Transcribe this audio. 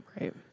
Right